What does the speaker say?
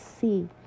see